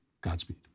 Godspeed